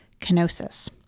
kenosis